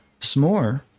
s'more